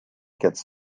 gets